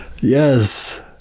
Yes